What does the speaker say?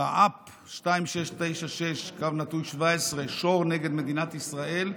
רע"פ 2696/17 שור נ' מדינת ישראל,